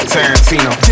Tarantino